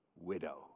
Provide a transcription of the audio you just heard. widow